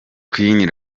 queen